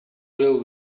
will